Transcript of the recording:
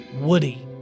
Woody